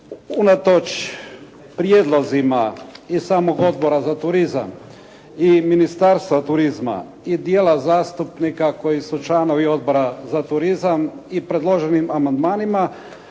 unatoč prijedlozima i samog Odbora za turizam i Ministarstva turizma i dijela zastupnika koji su članovi Odbora za turizam i predloženim amandmanima.